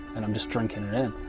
and i'm just drinking it in